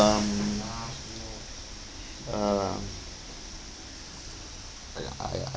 uh ya I I